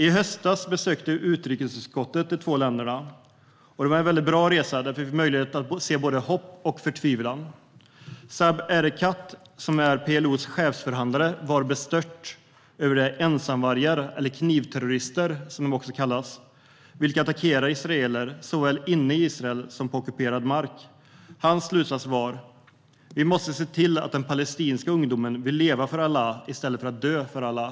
I höstas besökte utrikesutskottet de två länderna. Det var en väldigt bra resa där vi fick möjlighet att se både hopp och förtvivlan. Saeb Erekat, som är PLO:s chefsförhandlare, var bestört över de ensamvargar eller knivterrorister, som de också kallas, vilka attackerar israeler såväl inne i Israel som på ockuperad mark. Hans slutsats var: Vi måste se till att den palestinska ungdomen vill leva för Allah i stället för att dö för Allah.